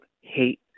hate